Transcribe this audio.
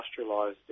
industrialised